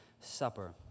Supper